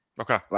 okay